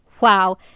Wow